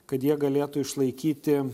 kad jie galėtų išlaikyti